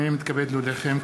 הנני מתכבד להודיעכם,